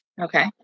Okay